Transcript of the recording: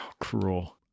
Cruel